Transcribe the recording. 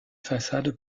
façade